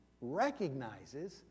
recognizes